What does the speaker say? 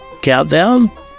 countdown